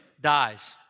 dies